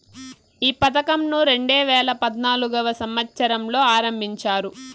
ఈ పథకంను రెండేవేల పద్నాలుగవ సంవచ్చరంలో ఆరంభించారు